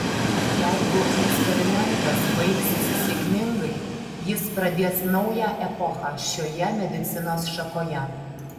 jeigu eksperimentas baigsis sėkmingai jis pradės naują epochą šioje medicinos šakoje